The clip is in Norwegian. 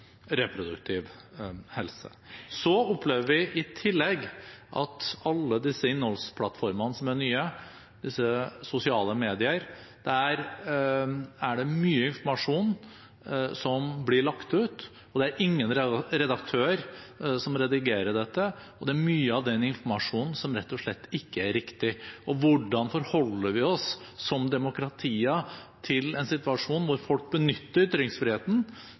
reproduktiv helse. Så opplever vi i tillegg at i alle disse innholdsplattformene som er nye, disse sosiale mediene, er det mye informasjon som blir lagt ut. Det er ingen redaktør som redigerer dette, og mye av denne informasjonen er rett og slett ikke riktig. Hvordan forholder vi oss som demokratier til en situasjon hvor folk benytter ytringsfriheten